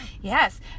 yes